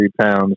pounds